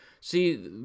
See